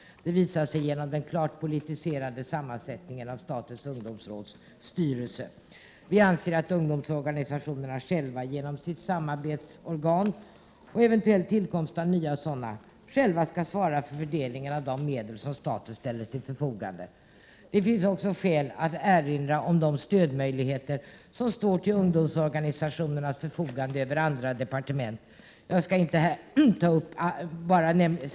Detta visar sig genom den klart politiserade sammansättningen av statens ungdomsråds styrelse. Vi anser att ungdomsorganisationerna själva genom sitt samarbetsorgan, och genom en eventuell tillkomst av nya sådana, skall svara för fördelningen av de medel som staten ställer till förfogande. Det finns också skäl att erinra om de stödmöjligheter som står till ungdomsorganisationernas förfogande genom medel som fördelas över andra departement.